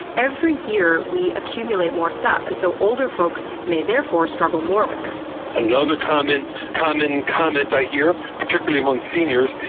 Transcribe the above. every year we accumulate more stuff, and so older folks may therefore struggle more with this. another common common comment i hear, particularly among seniors,